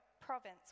province